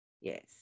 Yes